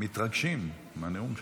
מתרגשים מהנאום שלך.